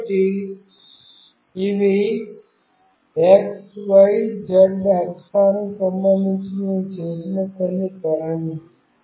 కాబట్టి ఇవి x y z అక్షానికి సంబంధించి మేము చేసిన కొన్ని ధోరణిలు